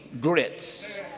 grits